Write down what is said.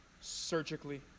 surgically